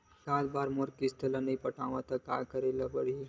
एकात बार मोर किस्त ला नई पटाय का करे ला पड़ही?